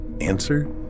Answer